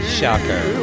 Shocker